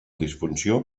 disfunció